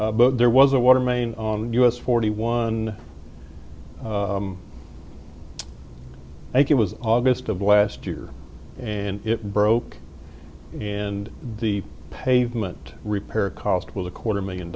but there was a water main on us forty one i think it was august of last year and it broke and the pavement repair cost was a quarter million